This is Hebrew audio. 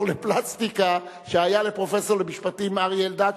לפלסטיקה שהיה לפרופסור למשפטים אריה אלדד,